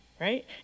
right